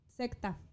secta